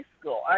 school